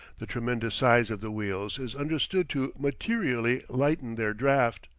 the tremendous size of the wheels is understood to materially lighten their draught.